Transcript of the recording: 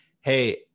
Hey